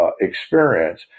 experience